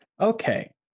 Okay